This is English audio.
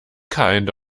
kind